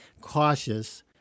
cautious